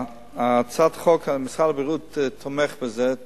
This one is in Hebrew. הצעת החוק, משרד הבריאות תומך בה בקריאה טרומית,